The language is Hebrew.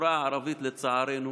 שבחברה הערבית, לצערנו,